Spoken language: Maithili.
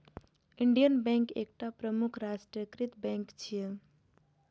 इंडियन बैंक एकटा प्रमुख राष्ट्रीयकृत बैंक छियै